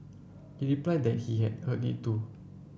he replied that he had heard it too